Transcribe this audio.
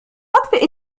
أطفأ